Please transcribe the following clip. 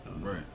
Right